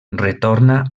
retorna